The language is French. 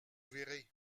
verrez